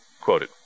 quoted